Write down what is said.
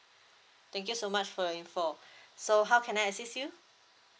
thank you so much for your info so how can I assist you